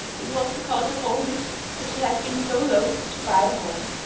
it was because of all this that she had been so loath to buy a horse,